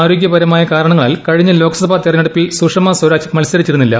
ആരോഗ്യപരമായ കാരണങ്ങളാൽ കഴിഞ്ഞ ലോക്സഭാ തെരഞ്ഞെടുപ്പിൽ സുഷമാ സ്വരാജ് മത്സരിച്ചിരുന്നില്ല